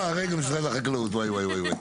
וואי, וואי.